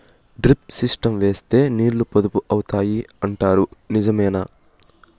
Drip system వేస్తే నీళ్లు పొదుపు అవుతాయి అంటారు నిజమేనా?